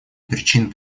причин